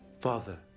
father,